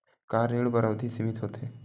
का ऋण बर अवधि सीमित होथे?